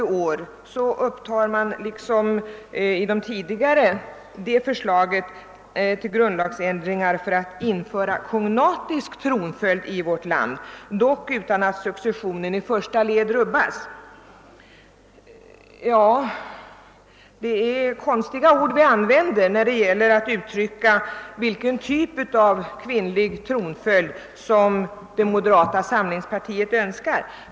I årets motion upptas liksom i de tidigare motionerna förslaget om grundlagsändringar för införande av kognatisk tronföljd i vårt land, dock utan att successionen i första led rubbas. Det är konstiga ord man använder i moderata samlingspartiet, när man talar om vilken typ av kvinnlig tronföljd man vill ha.